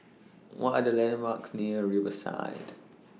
What Are The landmarks near Riverside